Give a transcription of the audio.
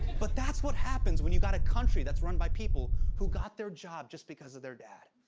but that's what happens when you got a country that's run by people who got their job just because of their dad.